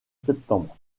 septembre